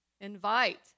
Invite